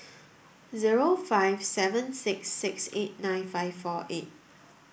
zero five seven six six eight nine five four eight